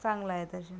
चांगलं आहे तसे